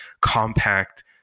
compact